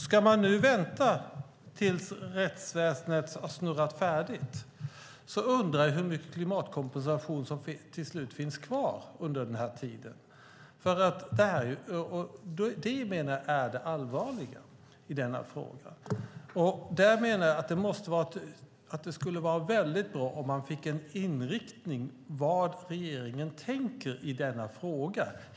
Ska man vänta tills rättsväsendet är färdigt undrar jag hur mycket klimatkompensation som till slut finns kvar. Det är det allvarliga i detta. Det skulle därför vara bra att få veta vad regeringen tänker i denna fråga.